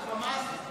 זה כולל אותך.